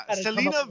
Selena